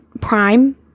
prime